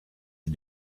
est